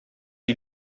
die